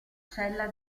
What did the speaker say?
cella